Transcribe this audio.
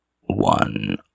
one